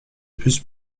plus